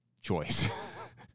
choice